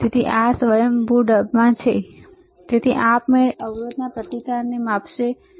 તેથી આ સ્વયંભૂ ઢબમાં છે તેથી તે આપમેળે અવરોધના પ્રતિકારને માપશે બરાબર